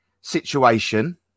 situation